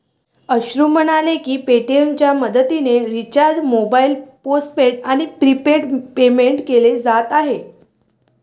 अश्रू म्हणाले की पेटीएमच्या मदतीने रिचार्ज मोबाईल पोस्टपेड आणि प्रीपेडमध्ये पेमेंट केले जात आहे